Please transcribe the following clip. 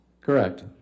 Correct